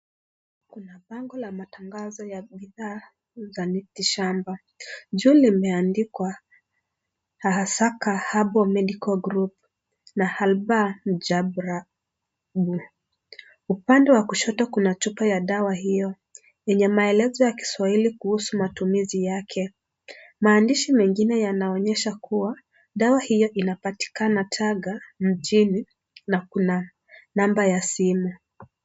Kuna bango la matangazo ya bidhaa, za miti shamba. Juu limeandikwa Hahasaka Herbal Medical Group na Halbaa Jabraa. Upande wa kushoto kuna chupa ya dawa hiyo yenye maelezo ya kiswahili kuhusu matumizi yake. Maandishi mengine yanaonyesha kuwa, dawa hiyo inapatikana Taga, mjini na kuna namba ya simu.